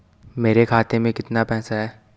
मेरे खाते में कितना पैसा है?